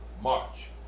March